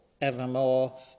evermore